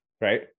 right